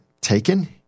taken